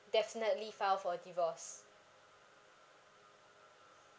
definitely file for divorce